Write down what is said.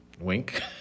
wink